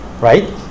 right